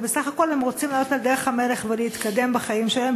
ובסך הכול הם רוצים לעלות על דרך המלך ולהתקדם בחיים שלהם,